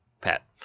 Pat